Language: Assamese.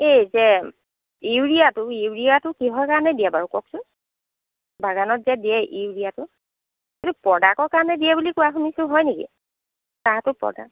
এই যে ইউৰিয়া ইউৰিয়াটো কিহৰ কাৰণে দিয়ে বাৰু কওকচোন বাগানত যে দিয়ে ইউৰিয়াটো এইটো প্ৰডাক্টৰ কাৰণে দিয়ে বুলি শুনিছো হয় নেকি চাহটোৰ প্ৰডাক্ট